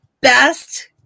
best